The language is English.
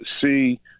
see